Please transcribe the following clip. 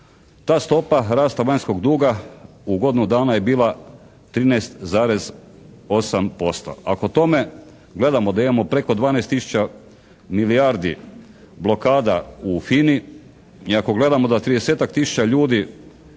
Ta stopa rasta vanjskog duga u godinu dana je bila 13,8%. Ako tome gledamo da imamo preko 12 tisuća milijardi blokada u FINA-i i ako gledamo da 30-tak tisuća